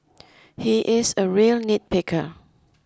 he is a real nitpicker